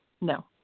no